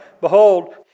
behold